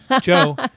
Joe